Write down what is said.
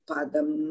Padam